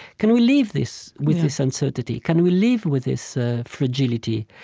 can we live this with this uncertainty? can we live with this ah fragility?